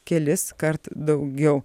keliskart daugiau